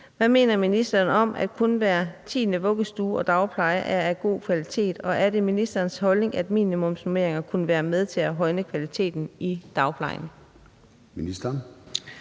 Hvad mener ministeren om, at kun hver tiende vuggestue og dagpleje er af »god kvalitet«, og er det ministerens holdning, at minimumsnormeringer kunne være med til at hæve kvaliteten i dagplejen?